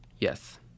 Yes